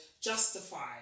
justify